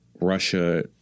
Russia